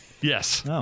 Yes